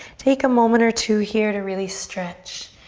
take a moment or two here to really stretch.